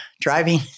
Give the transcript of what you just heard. driving